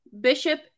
Bishop